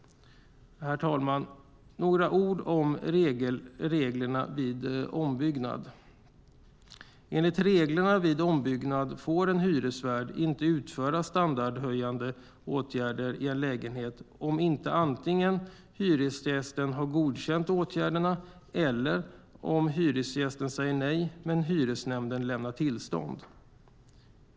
Herr talman! Jag ska säga några ord om reglerna vid ombyggnad. Enligt reglerna vid ombyggnad får en hyresvärd inte utföra standardhöjande åtgärder i en lägenhet om inte hyresgästen antingen har godkänt åtgärderna eller säger nej men hyresnämnden lämnar tillstånd.